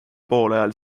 poolajal